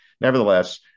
nevertheless